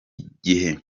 gihe